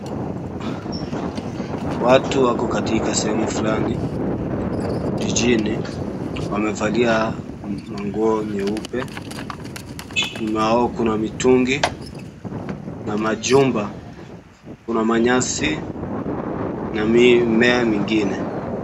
Watu wako katika sehemu fulani jijini, wamevalia manguo nyeupe. Nyuma yao kuna mitungi na majumba. Kuna manyasi na mimea mingine.